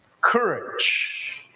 Courage